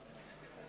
לא נתקבלה.